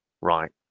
right